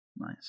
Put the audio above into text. Nice